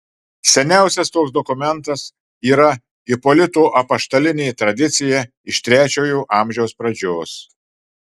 seniausias toks dokumentas yra ipolito apaštalinė tradicija iš trečiojo amžiaus pradžios